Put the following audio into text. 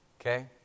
okay